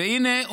הינה,